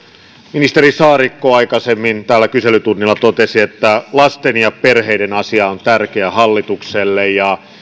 ministeri saarikko aikaisemmin täällä kyselytunnilla totesi että lasten ja perheiden asia on tärkeä hallitukselle ja